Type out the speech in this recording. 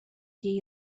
jej